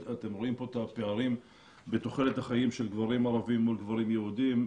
אתם רואים פה את הפערים בתוחלת החיים של גברים ערבים מול גברים יהודים,